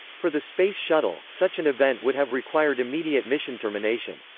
for the space shuttle, such an event would have required immediate mission termination